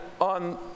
on